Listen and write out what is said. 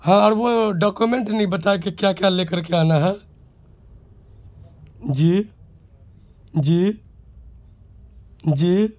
ہاں اور وہ ڈاکومینٹ نہیں بتایا کہ کیا کیا لے کر کے آنا ہے جی جی جی